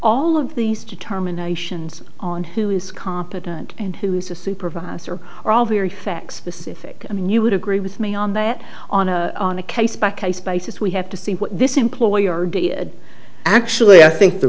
all of these determinations on who is competent and who is a supervisor are all very fact specific and you would agree with me on that on a on a case by case basis we have to see what this employer actually i think the